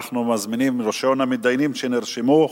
אנחנו מזמינים את ראשון המתדיינים שנרשמו,